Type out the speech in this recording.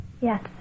Yes